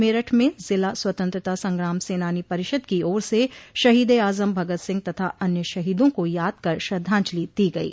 मेरठ में जिला स्वंतंत्रता संग्राम सेनानी स परिषद की ओर से शहीद ए आजम भगत सिंह तथा अन्य शहीदों को याद कर श्रद्धांजलि दी गई